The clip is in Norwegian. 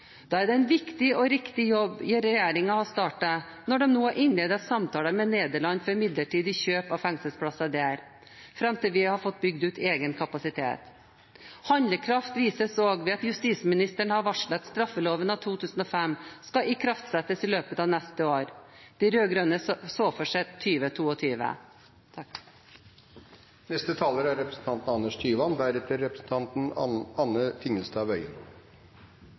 Da er det en viktig og riktig jobb regjeringen har startet når den nå har innledet samtaler med Nederland for midlertidig kjøp av fengselsplasser der, fram til vi har fått bygd ut egen kapasitet. Handlekraft vises også ved at justisministeren har varslet at straffeloven av 2005 skal ikraftsettes i løpet av neste år – de rød-grønne så dette for